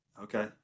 Okay